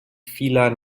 vieler